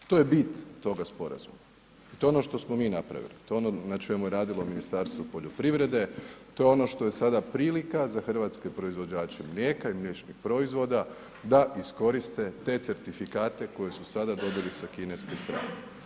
To je bit toga sporazuma, to je ono što smo mi napravili, to je ono na čemu je radilo Ministarstvo poljoprivrede, to je ono što je sada prilika za hrvatske proizvođače mlijeka i mliječnih proizvoda da iskoriste te certifikate koje su sada dobili sa kineske strane.